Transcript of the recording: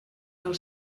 del